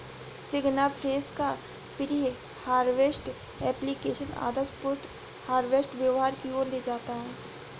सिग्नाफ्रेश का pre harvest application आदर्श post harvest व्यवहार की ओर ले जाता है